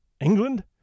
England